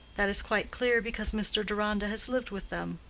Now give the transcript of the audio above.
that is quite clear, because mr. deronda has lived with them.